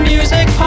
Music